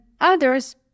others